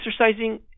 exercising